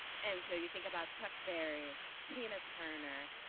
and so you think about chuck barrye tina turner,